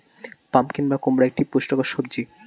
pumpkin বা কুমড়ো একটি পুষ্টিকর সবজি